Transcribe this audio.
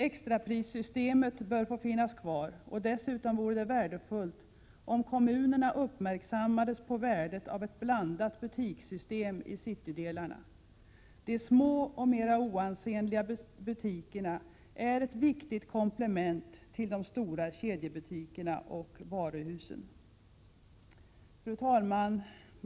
Extraprissystemet bör få finnas kvar, och dessutom vore det värdefullt om kommunerna uppmärksammades på värdet av ett blandat butikssystem i citydelarna. De små och mer oansenliga butikerna är ett viktigt komplement till de stora kedjebutikerna och varuhusen. Fru talman!